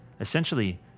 essentially